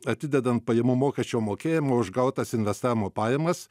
atidedant pajamų mokesčio mokėjimą už gautas investavimo pajamas